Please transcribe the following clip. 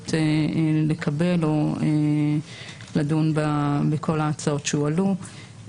האפשרות לקבל או לדון בכל ההצעות שהועלו.